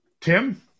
Tim